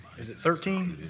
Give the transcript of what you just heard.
is it thirteen?